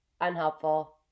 unhelpful